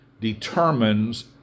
determines